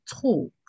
talk